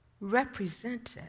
represented